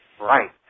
Right